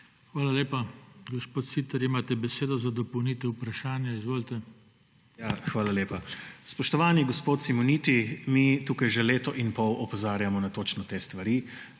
Hvala lepa. Gospod Siter, imate besedo za dopolnitev vprašanja. Izvolite. PRIMOŽ SITER (PS Levica): Hvala lepa. Spoštovani gospod Simoniti, mi tukaj že leto in pol opozarjamo na točno te stvari.